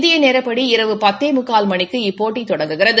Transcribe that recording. இந்திய நேரப்படி இரவு பத்தே முக்கால் மணிக்கு இப்போட்டி தொடங்குகிறது